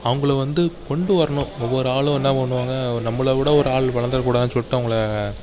அவங்கள வந்து கொண்டு வரணும் ஒவ்வொரு ஆளும் என்ன பண்ணுவாங்க நம்மளை விட ஒரு ஆள் வளர்ந்துடக் கூடாது சொல்லிட்டு அவங்கள